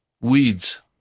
weeds